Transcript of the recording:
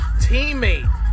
teammate